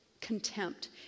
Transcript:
contempt